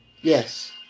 yes